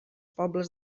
pobles